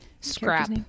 scrap